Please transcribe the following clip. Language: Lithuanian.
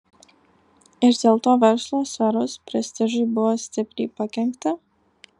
ir dėl to verslo sferos prestižui buvo stipriai pakenkta